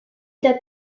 that